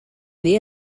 dia